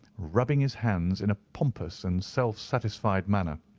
rubbing his hands in a pompous and self-satisfied manner.